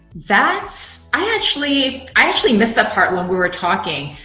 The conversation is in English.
that's, i actually i actually missed that part when we were talking.